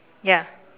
ya